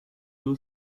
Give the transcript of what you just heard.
two